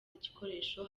igikoresho